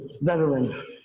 veteran